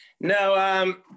No